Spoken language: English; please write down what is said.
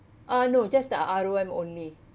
uh no just the R_O_M only